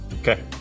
Okay